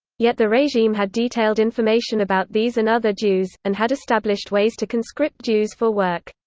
yet the regime had detailed information about these and other jews, and had established ways to conscript jews for work.